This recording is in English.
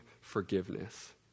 forgiveness